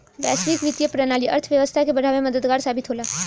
वैश्विक वित्तीय प्रणाली अर्थव्यवस्था के बढ़ावे में मददगार साबित होला